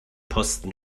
posten